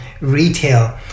retail